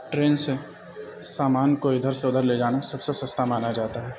train سے سامان کو ادھر سے ادھر لے جانا سب سے سستا مانا جاتا ہے